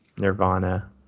nirvana